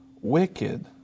wicked